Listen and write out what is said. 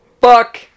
fuck